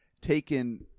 taken